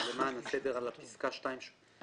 פסקה (2).